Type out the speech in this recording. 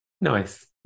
nice